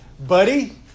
Buddy